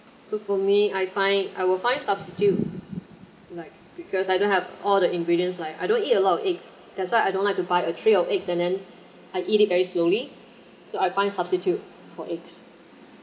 so for me I find I would find substitute like because I don't have all the ingredients like I don't eat a lot of eggs that's why I don't like to buy a tray of eggs and then I eat it very slowly so I find substitute for eggs